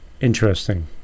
interesting